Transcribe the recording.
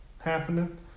happening